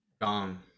Gone